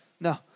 no